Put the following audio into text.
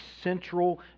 central